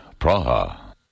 Praha